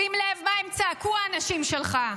שים לב, מה הם צעקו, האנשים שלך: